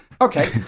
Okay